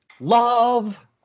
love